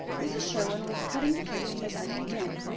mrs. sherwin was cutting the cake as i came in,